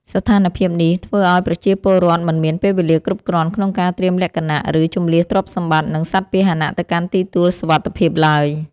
ស្ថានភាពនេះធ្វើឱ្យប្រជាពលរដ្ឋមិនមានពេលវេលាគ្រប់គ្រាន់ក្នុងការត្រៀមលក្ខណៈ ឬជម្លៀសទ្រព្យសម្បត្តិ និងសត្វពាហនៈទៅកាន់ទីទួលសុវត្ថិភាពឡើយ។